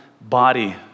body